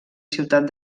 ciutat